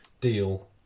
Deal